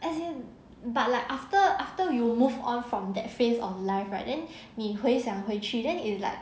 as in but like after after we will move on from that face on life right then 你回想回去 then is like